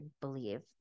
believe